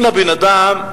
אם הבן-אדם,